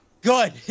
Good